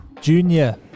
Junior